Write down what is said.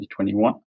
2021